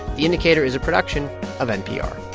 the indicator is a production of npr